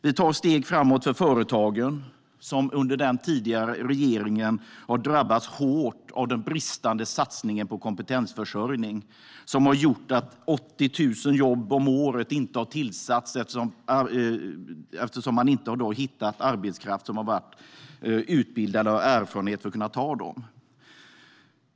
Vi tar steg framåt för företagen, som under den tidigare regeringen har drabbats hårt av den bristande satsningen på kompetensförsörjning. Det har gjort att 80 000 jobb om året inte har tillsatts eftersom man inte har hittat arbetskraft som har haft rätt utbildning och erfarenhet för att kunna ta dem.